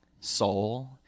soul